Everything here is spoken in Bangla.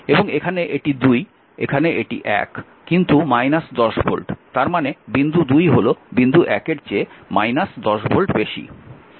এবং এখানে এটি 2 এখানে এটি 1 কিন্তু 10 ভোল্ট তার মানে বিন্দু 2 হল বিন্দু 1 এর চেয়ে 10 ভোল্ট বেশি